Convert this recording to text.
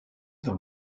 dans